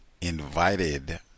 invited